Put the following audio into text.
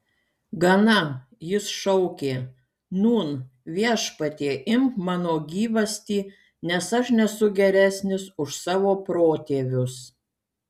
gana jis šaukė nūn viešpatie imk mano gyvastį nes aš nesu geresnis už savo protėvius